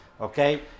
okay